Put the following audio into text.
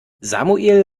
samuel